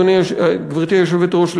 גברתי היושבת-ראש,